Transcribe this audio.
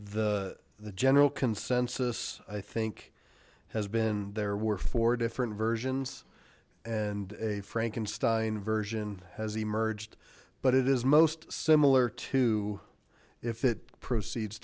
the the general consensus i think has been there were four different versions and a frankenstein version has emerged but it is most similar to if it proceeds